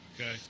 Okay